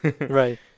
Right